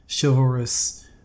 chivalrous